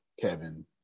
Kevin